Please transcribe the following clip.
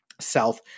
South